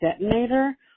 detonator